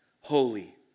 holy